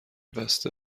بسته